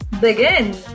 begin